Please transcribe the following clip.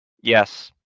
Yes